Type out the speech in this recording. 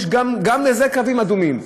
יש גם לזה קווים אדומים,